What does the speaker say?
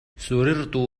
سررت